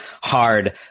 hard